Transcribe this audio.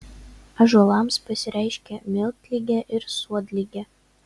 ąžuolams pasireiškia miltligė ir suodligė